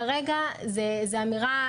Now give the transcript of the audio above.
כרגע זו אמירה.